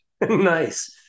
Nice